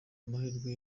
amahirwe